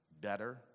better